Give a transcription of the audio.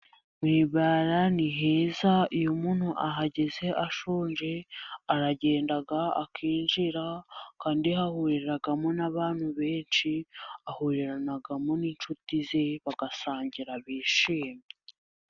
Mu bara ni heza .iyo umuntu ahageze ashonje aragenda akinjira kandi hahuriramo n'abantu benshi. ahuriranamo n'inshuti ze bagasangira bishimye.